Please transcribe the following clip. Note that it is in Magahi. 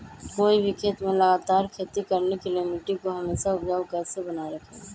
कोई भी खेत में लगातार खेती करने के लिए मिट्टी को हमेसा उपजाऊ कैसे बनाय रखेंगे?